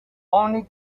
only